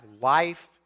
life